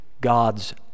God's